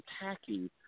attacking